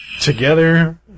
together